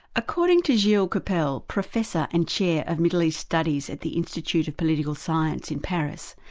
according to gilles kepel, professor and chair of middle east studies at the institute of political science in paris,